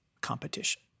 competition